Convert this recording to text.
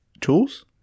Tools